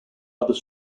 other